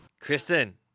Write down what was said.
Kristen